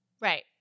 Right